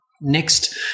Next